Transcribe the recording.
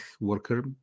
worker